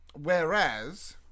whereas